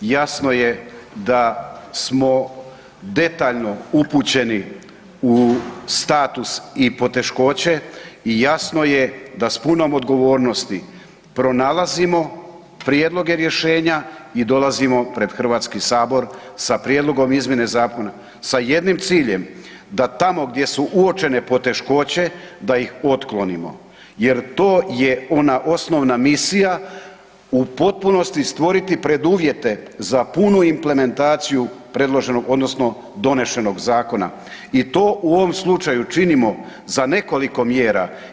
Jasno je da smo detaljno upućeni u status i poteškoće i jasno je da s punom odgovornosti pronalazimo prijedloge rješenja i dolazimo pred Hrvatski sabor sa Prijedlogom izmjene zakona sa jednim ciljem da tamo gdje su uočene poteškoće da ih otklonimo jer to je ona osnovna misija u potpunosti stvoriti preduvjete za punu implementaciju predloženog odnosno donesenog zakona i to u ovom slučaju činimo za nekoliko mjera.